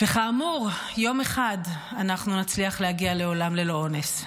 כאמור, יום אחד אנחנו נצליח להגיע לעולם ללא אונס.